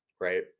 Right